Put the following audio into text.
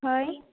হয়